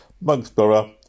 Mugsborough